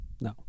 No